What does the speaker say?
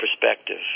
perspective